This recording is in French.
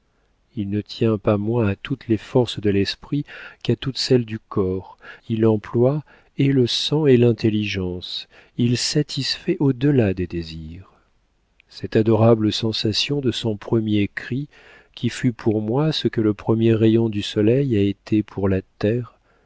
il ne tient pas moins à toutes les forces de l'esprit qu'à toutes celles du corps il emploie et le sang et l'intelligence il satisfait au delà des désirs cette adorable sensation de son premier cri qui fut pour moi ce que le premier rayon du soleil a été pour la terre